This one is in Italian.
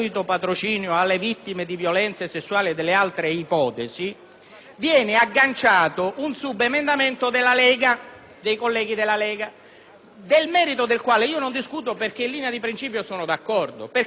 viene agganciato un subemendamento dei colleghi della Lega, nel merito del quale non discuto perché in linea di principio sono d'accordo. E cosa dicono i colleghi della Lega? I colleghi della Lega dicono